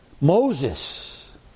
Moses